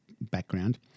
background